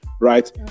right